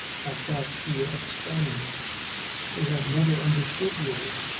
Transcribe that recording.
at that he exclaimed they have never understood you.